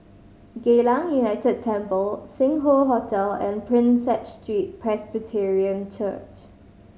Geylang United Temple Sing Hoe Hotel and Prinsep Street Presbyterian Church